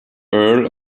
earl